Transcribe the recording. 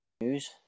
News